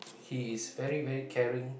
he is very very caring